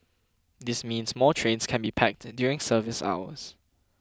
this means more trains can be packed during service hours